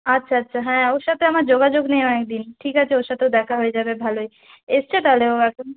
আচ্ছা আচ্ছা হ্যাঁ ওর সাথে আমার যোগাযোগ নেই অনেকদিন ঠিক আছে ওর সাথেও দেখা হয়ে যাবে ভালোই এসেছে তাহলে ও এখন